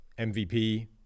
MVP